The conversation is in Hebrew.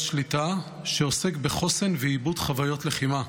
שליטה שעוסק בחוסן ועיבוד חוויות לחימה.